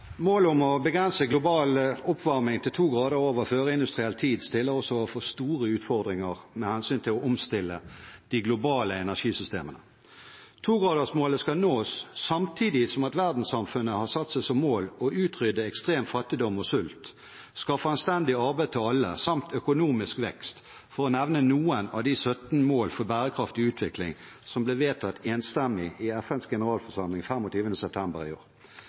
Målet om å begrense global oppvarming til to grader over førindustriell tid stiller oss overfor store utfordringer med hensyn til å omstille de globale energisystemene. Togradersmålet skal nås samtidig som verdenssamfunnet har satt seg som mål å utrydde ekstrem fattigdom og sult, skaffe anstendig arbeid til alle, samt økonomisk vekst – for å nevne noen av de 17 mål for bærekraftig utvikling som ble vedtatt enstemmig i FNs generalforsamling 25. september i år.